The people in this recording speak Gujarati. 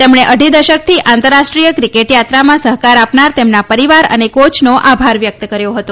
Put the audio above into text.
તેમણે અઢી દશકથી આંતરરાષ્ટ્રીય ક્રિકેટ યાત્રામાં સહકાર આપનાર તેમના પરિવાર અને કોચનો આભાર વ્યક્ત કર્યો હતો